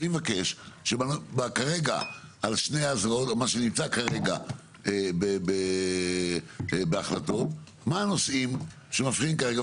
אני מבקש שכרגע מה שנמצא כרגע בחוץ בהחלטות מה הנושאים שמפריעים כרגע,